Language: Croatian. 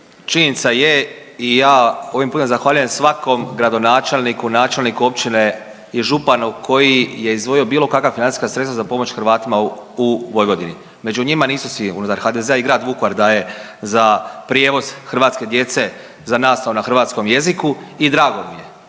činjenica je i ja ovim putem zahvaljujem svakom gradonačelniku i načelniku općine i županu koji je izdvojio bilo kakva financijska sredstva za pomoć Hrvatima u Vojvodini, među njima nisu svi, unutar HDZ-a i grad Vukovar daje za prijevoz hrvatske djece, za nastavu na hrvatskom jeziku i drago mi je